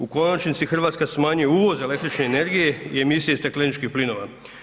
U konačnici Hrvatska smanjuje uvoz električne energije i emisije stakleničkih plinova.